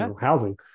housing